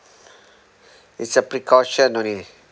it's a precaution only